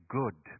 good